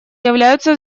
являются